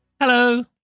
Hello